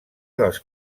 dels